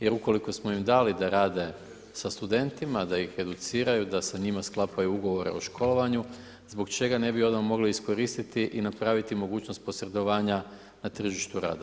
Jer ukoliko smo im dali da rade sa studentima, da ih educiraju, da sa njima sklapaju ugovore o školovanju, zbog čega ne bi onda mogli iskoristiti i napraviti mogućnost posredovanja na tržištu rada.